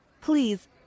Please